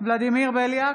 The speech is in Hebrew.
ולדימיר בליאק,